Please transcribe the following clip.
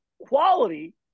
quality